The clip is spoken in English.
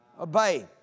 Obey